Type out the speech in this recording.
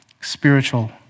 spiritual